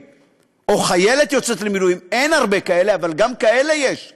לא רק מהפרשה אלא גם מההשתקה שלה.